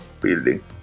building